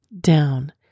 down